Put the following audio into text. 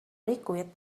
liquid